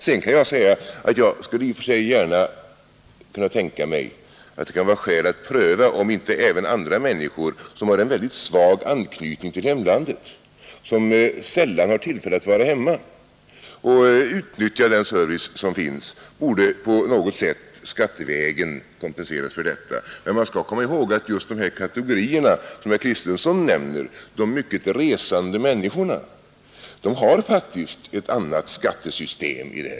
Sedan kan jag säga att jag i och för sig skulle kunna tänka mig att det kan vara skäl att pröva om inte andra människor som har en mycket svag anknytning till hemlandet, som sällan har tillfälle att vara hemma och utnyttja den service som finns, på något sätt skattevägen borde kompenseras för detta. Men man skall komma ihåg att just de kategorier som herr Kristenson nämner, de mycket resande människorna, faktiskt har ett annat skattesystem.